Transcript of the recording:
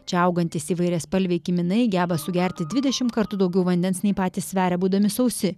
čia augantys įvairiaspalviai kiminai geba sugerti dvidešimt kartų daugiau vandens nei patys sveria būdami sausi